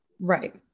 Right